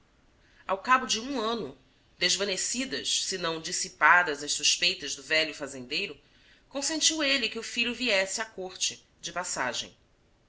ao cabo de um ano desvanecidas se não dissipadas as suspeitas do velho fazendeiro consentiu ele que o filho viesse à corte de passagem